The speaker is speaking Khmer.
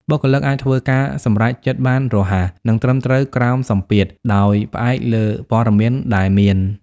បុគ្គលិកអាចធ្វើការសម្រេចចិត្តបានរហ័ស និងត្រឹមត្រូវក្រោមសម្ពាធ ដោយផ្អែកលើព័ត៌មានដែលមាន។